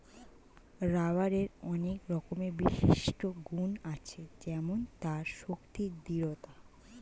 রাবারের অনেক রকমের বিশিষ্ট গুন্ আছে যেমন তার শক্তি, দৃঢ়তা